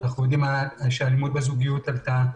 אנחנו יודעים שהאלימות בזוגיות עלתה.